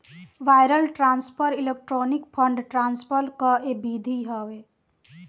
wire transfer electronic fund transfer कअ विधि हवे